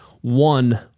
one